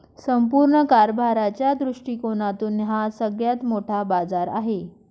संपूर्ण कारभाराच्या दृष्टिकोनातून हा सगळ्यात मोठा बाजार आहे